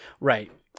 right